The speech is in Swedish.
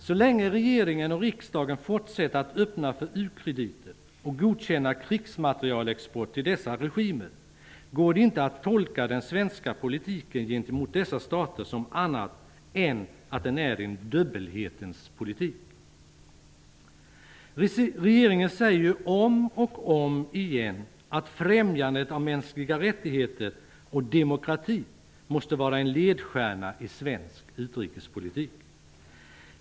Så länge regeringen och riksdagen fortsätter att öppna för u-krediter och godkänna krigsmaterielexport till dessa regimer går det inte att tolka den svenska politiken gentemot dessa stater som annat än att den är en dubbelhetens politik. Regeringen säger ju om och om igen att främjandet av mänskliga rättigheter och demokrati måste vara en ledstjärna i svensk utrikespolitik.